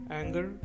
anger